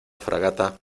fragata